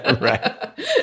Right